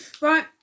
Right